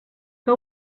que